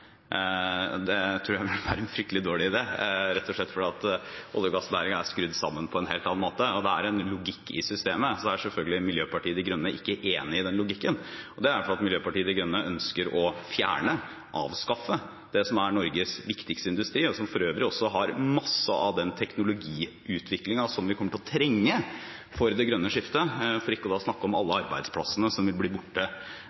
Det tror jeg vil være en fryktelig dårlig idé, rett og slett fordi olje- og gassnæringen er skrudd sammen på en helt annen måte, og det er en logikk i systemet. Miljøpartiet De Grønne er selvfølgelig ikke enig i den logikken, og det er fordi Miljøpartiet De Grønne ønsker å fjerne – avskaffe – det som er Norges viktigste industri, og som for øvrig også har masse av den teknologiutviklingen vi kommer til å trenge for det grønne skiftet – for ikke å snakke om